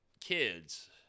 kids